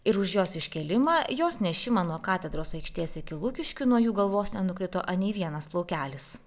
ir už jos iškėlimą jos nešimą nuo katedros aikštės iki lukiškių nuo jų galvos nenukrito anei vienas plaukelis